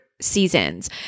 seasons